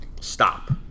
Stop